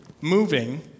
moving